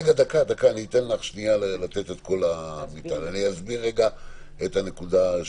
אני אסביר את הנקודה שלי,